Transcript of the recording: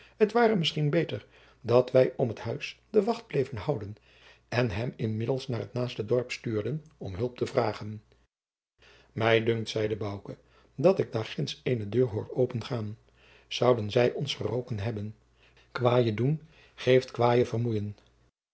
het ware misschien beter dat wij om het huis de wacht bleven houden en hem inmiddels naar het naaste dorp stuurden om hulp te halen mij dunkt zeide bouke dat ik daar ginds eene deur hoor open gaan zouden zij ons geroken hebben kwâe doen geeft kwâe